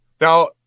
Now